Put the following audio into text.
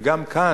וגם כאן,